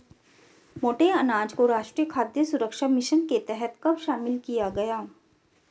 मोटे अनाज को राष्ट्रीय खाद्य सुरक्षा मिशन के तहत कब शामिल किया गया?